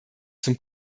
zum